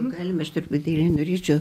galima aš truputėlį norėčiau